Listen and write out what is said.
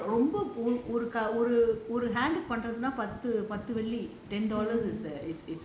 அப்டியா ரொம்ப ஒரு ஒரு பண்றதுனா பத்து பத்து வெள்ளி:apdiyaa romba oru oru pandrathuna pathu pathu velli